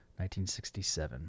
1967